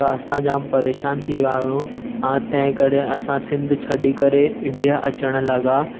त असां जाम परेशान थी विया आहियूं तंहिं करे असां सिंध छ्ॾी करे इंडिया अचणु लॻा